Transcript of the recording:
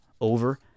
Over